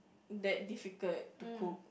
that difficult to cook